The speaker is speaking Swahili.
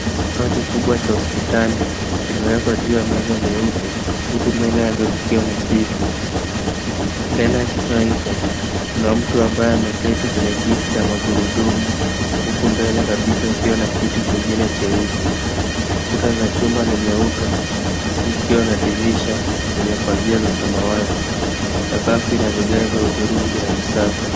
Kifaa kikubwa cha hospitali kimewekwa juu ya meza nyeupe huku mbele yake kukiwa na kiti. Mbele ya kifaa hicho, kuna mtu ambaye ameketi kwenye kiti cha magurudumu huku mbele kabisa kukiwa na kiti kingine cheusi. Kuta za chumba ni nyeupe huku kukiwa na dirisha lenye pazia za samawati. Sakafu ina vigae vya hudhurungi na ni safi.